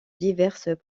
diverses